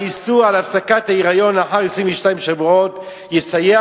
האיסור על הפסקת ההיריון לאחר 22 שבועות יסייע